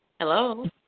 Hello